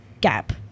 gap